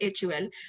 HUL